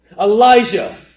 Elijah